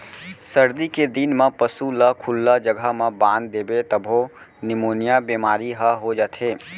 सरदी के दिन म पसू ल खुल्ला जघा म बांध देबे तभो निमोनिया बेमारी हर हो जाथे